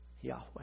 Yahweh